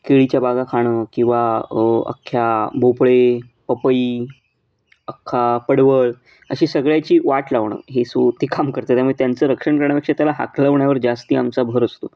केळीच्या बागा खाणं किंवा अख्ख्या भोपळे पपई अख्खा पडवळ अशी सगळ्याची वाट लावणं हे सु ते काम करता त्यामुळे त्यांचं रक्षण करण्यापेक्षा त्याला हाकलवण्यावर जास्त आमचा भर असतो